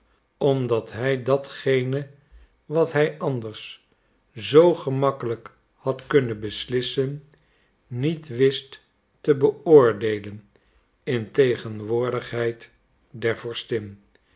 omdat hij datgene wat hij anders zoo gemakkelijk had kunnen beslissen niet wist te beoordeelen in tegenwoordigheid der